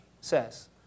says